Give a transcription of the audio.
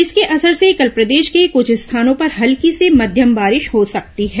इसके असर से कल प्रदेश के कुछ स्थानों पर हल्की से मध्यम बारिश हो सकती है